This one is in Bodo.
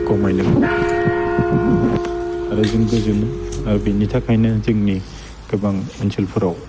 आरो जों गोजोनो आरो बेनि थाखायनो जोंनि गोबां ओनसोलफ्राव